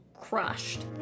crushed